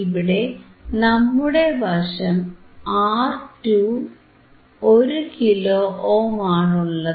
ഇവിടെ നമ്മുടെ വശം ആർ2 1 കിലോ ഓം ആണുള്ളത്